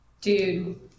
Dude